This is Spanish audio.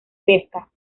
pesca